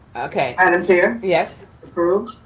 okay. madam chair. yes. approve.